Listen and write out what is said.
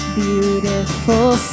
beautiful